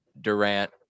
durant